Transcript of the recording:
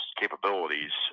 capabilities